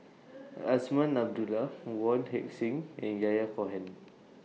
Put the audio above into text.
Azman Abdullah Wong Heck Sing and Yahya Cohen